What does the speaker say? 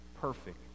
perfect